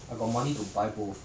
I got money to buy both